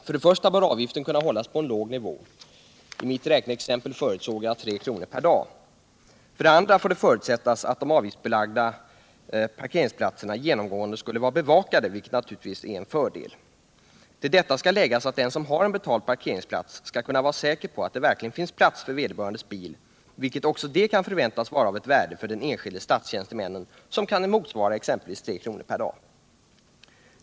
För det första bör avgiften kunna hållas på en låg nivå —i mitt räkneexempel förutsatte jag 3 kr. per dag. För det andra får det förutsättas att de avgiftsbelagda parkeringsplatserna genomgående skulle vara bevakade, vilket naturligtvis är en fördel. Till detta skall läggas att den som har en betald parkeringsplats skall kunna var säker på att det verkligen finns plats för vederbörandes bil, vilket också det kan förväntas vara av ett värde för den enskilde statstjänstemannen motsvarande exempelvis 3 kr. per dag.